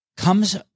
comes –